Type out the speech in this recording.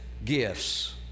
gifts